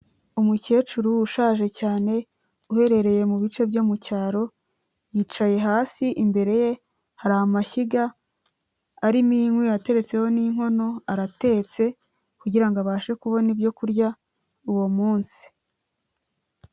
Umukecuru ushaje cyane uherereye mu bice byo mu cyaro yicaye hasi imbere ye hari amashyiga arimo inkwi ateretseho n'inkono aratetse kugira ngo abashe kubona ibyo kurya uwo munsi.